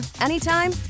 anytime